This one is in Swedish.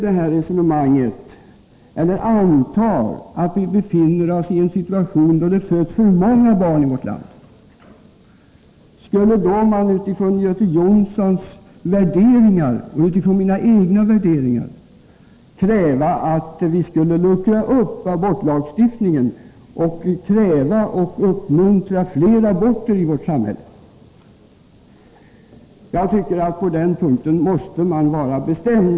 Om vi skulle befinna oss i situationen att det föddes för många barn i vårt land, skulle Göte Jonsson då utifrån sina värderingar kräva att vi skulle luckra upp abortlagstiftningen och uppmuntra till fler aborter i vårt samhälle? På den punkten måste man vara klar och bestämd.